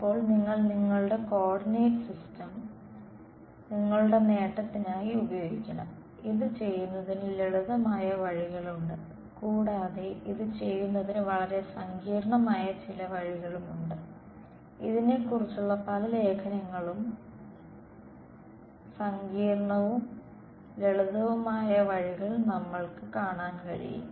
ഇപ്പോൾ നിങ്ങൾ നിങ്ങളുടെ കോർഡിനേറ്റ് സിസ്റ്റം നിങ്ങളുടെ നേട്ടത്തിനായി ഉപയോഗിക്കണം ഇത് ചെയ്യുന്നതിന് ലളിതമായ വഴികളുണ്ട് കൂടാതെ ഇത് ചെയ്യുന്നതിന് വളരെ സങ്കീർണ്ണമായ ചില വഴികളും ഉണ്ട് ഇതിനെക്കുറിച്ചുള്ള പല ലേഖനങ്ങളിലും സങ്കീർണ്ണവും ലളിതവുമായ വഴികൾ നമ്മൾക്ക് കാണാൻ കഴിയും